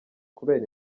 kubera